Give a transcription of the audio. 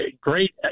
great